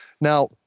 Now